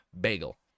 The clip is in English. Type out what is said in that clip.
bagel